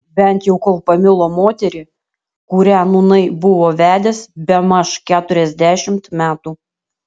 bent jau kol pamilo moterį kurią nūnai buvo vedęs bemaž keturiasdešimt metų